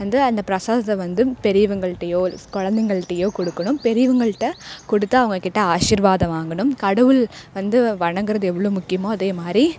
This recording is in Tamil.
வந்து அந்த பிரசாதத்தை வந்து பெரியவங்கள்ட்டையோ குலந்தைங்கள்ட்டையோ கொடுக்கணும் பெரியவங்கள்கிட்ட கொடுத்து அவங்கள்கிட்ட ஆசீர்வாதம் வாங்கணும் கடவுள் வந்து வணங்குகிறது எவ்வளவோ முக்கியமோ அதே மாதிரி